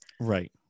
right